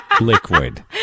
liquid